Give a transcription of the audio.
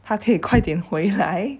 他可以快点回来